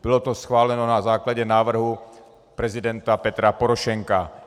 Bylo to schváleno na základě návrhu prezidenta Petra Porošenka.